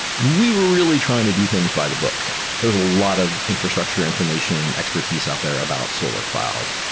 we were really trying to do things by the book. there's a lot of infrastructure information expertise out there about solar cloud,